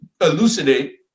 elucidate